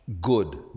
good